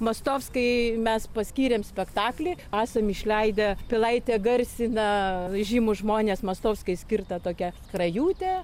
mostovskai mes paskyrėm spektaklį esam išleidę pilaitę garsina žymūs žmonės mostovskai skirtą tokią skrajutę